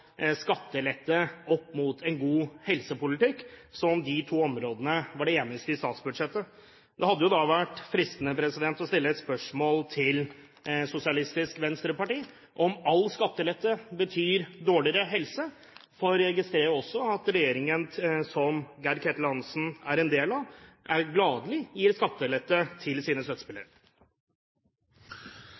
skattelette opp mot en god helsepolitikk, som om de to områdene var de eneste i statsbudsjettet. Det hadde vært fristende å stille et spørsmål til Sosialistisk Venstreparti, om all skattelette betyr dårligere helse. For jeg registrerer også at regjeringen, som Geir-Ketil Hansens parti er en del av, gladelig gir skattelette til sine støttespillere.